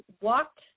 walked